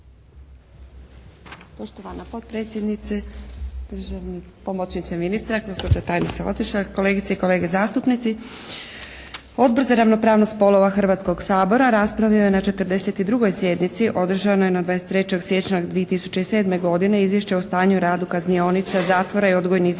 Poštovana potpredsjednice, državni, pomoćniče ministra, gospođa tajnica je otišla. Kolegice i kolege zastupnici. Odbor za ravnopravnost spolova Hrvatskog sabora raspravio je na 42. sjednici održanoj na 23. siječnja 2007. godine izvješće o stanju i radu kaznionica, zatvora i odgojnih zavoda